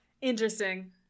interesting